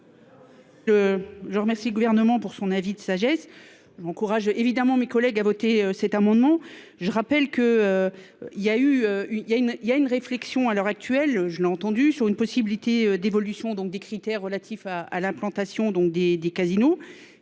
Je remercie le gouvernement pour son avis de sagesse. Bon courage évidemment mes collègues à voter cet amendement. Je rappelle que. Il y a eu il y a une il y a une réflexion à l'heure actuelle, je l'ai entendu sur une possibilité d'évolution donc des critères relatifs à à l'implantation donc des